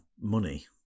money